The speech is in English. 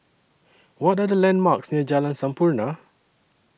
What Are The landmarks near Jalan Sampurna